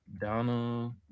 donald